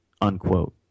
unquote